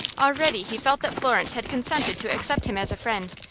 already he felt that florence had consented to accept him as a friend,